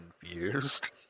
confused